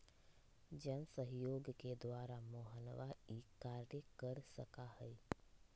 जनसहयोग के द्वारा मोहनवा ई कार्य कर सका हई